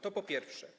To po pierwsze.